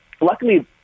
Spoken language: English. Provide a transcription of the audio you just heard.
luckily